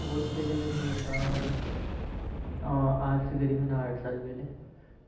बहुत पहले मैंने एक बार आज से करीबन आठ साल पहले